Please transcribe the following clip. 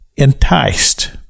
enticed